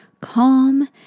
calm